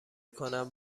کنم